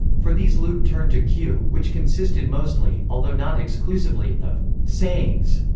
for these luke turned to q, which consisted mostly, although not exclusively, of sayings.